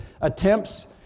attempts